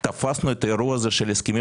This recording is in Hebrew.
תפסנו את האירוע הזה של ההסכמים